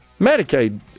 Medicaid